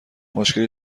مشکلی